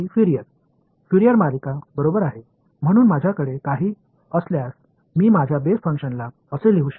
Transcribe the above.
மாணவர்ஃபோரியர் Fourier தொடர் என்னிடம் சில இருந்தால் எனது அடிப்படை செயல்பாட்டை இதுபோன்று எழுதலாம்